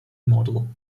model